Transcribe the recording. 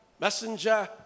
Messenger